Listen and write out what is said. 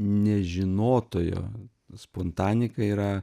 nežinotojo spontanika yra